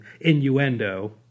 innuendo